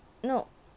no